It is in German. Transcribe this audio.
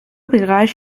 bereich